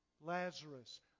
Lazarus